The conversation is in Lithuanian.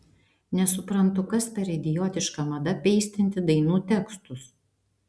nesuprantu kas per idiotiška mada peistinti dainų tekstus